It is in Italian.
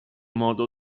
modo